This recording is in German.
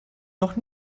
noch